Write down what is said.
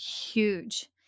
huge